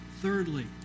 Thirdly